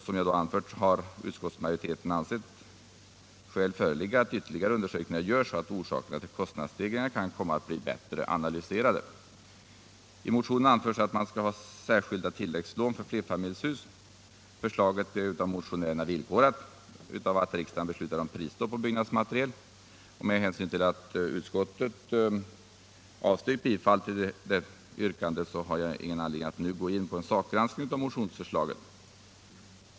Som jag anfört har utskottsmajoriteten ansett skäl föreligga att ytterligare undersökningar görs så att orsakerna till kostnadsstegringarna kan bättre analyseras. I motionen anförs att särskilda tilläggslån för flerfamiljshus bör inrättas. Förslaget är av motionärerna villkorat av att riksdagen beslutar om prisstopp på byggnadsmaterial. Med hänsyn till att utskottet avstyrkt bifall till detta yrkande finns det ingen anledning att gå in på en sakgranskning av motionsförslaget.